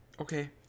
okay